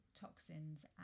toxins